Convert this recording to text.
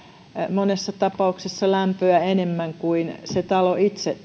monessa tapauksessa lämpöä enemmän kuin se talo itse